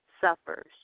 suffers